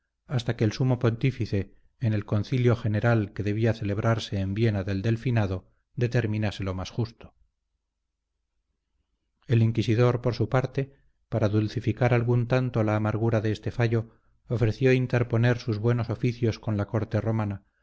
hasta que el sumo pontífice en el concilio general que debía celebrarse en viena del delfinado determinase lo más justo el inquisidor por su parte para dulcificar algún tanto la amargura de este fallo ofreció interponer sus buenos oficios con la corte romana